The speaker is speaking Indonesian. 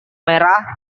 merah